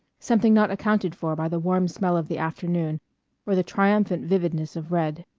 something not accounted for by the warm smell of the afternoon or the triumphant vividness of red.